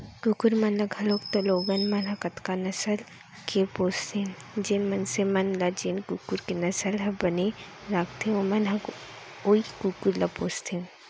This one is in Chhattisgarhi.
कुकुर मन ल घलौक तो लोगन मन ह कतका नसल के पोसथें, जेन मनसे मन ल जेन कुकुर के नसल ह बने लगथे ओमन ह वोई कुकुर ल पोसथें